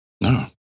No